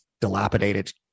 dilapidated